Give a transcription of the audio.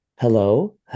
Hello